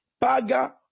Paga